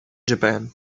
japan